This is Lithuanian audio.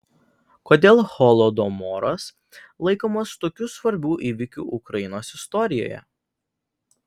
kodėl holodomoras laikomas tokiu svarbiu įvykiu ukrainos istorijoje